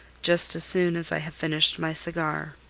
just as soon as i have finished my cigar.